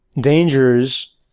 dangers